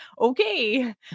okay